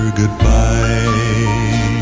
goodbye